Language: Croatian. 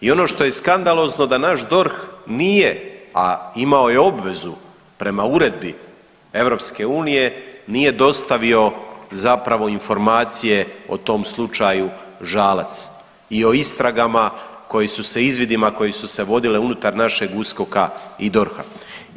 I ono što je skandalozno da naš DORH nije, a imao je obvezu prema uredbi EU nije dostavio zapravo informacije o tom slučaju Žalac i o istragama koje su se izvidima, koje su se vodile unutar našeg USKOK-a i DORH-a.